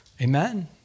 amen